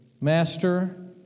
Master